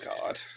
god